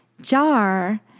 JAR